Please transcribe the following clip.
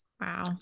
wow